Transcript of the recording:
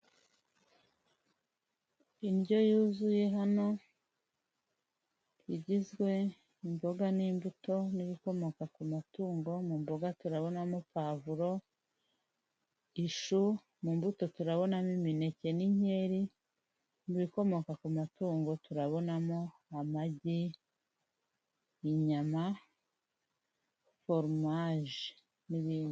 Indyo yuzuye hano igizwe n'imboga n'imbuto n'ibikomoka ku matungo, mu mboga turabonamo pavuro, ishu, mu mbuto turabonamo imineke n'inkeri, mu bikomoka ku matungo turabonamo amagi, inyama, foromaje n'ibindi.